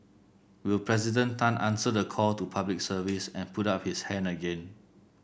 will President Tan answer the call to Public Service and put up his hand again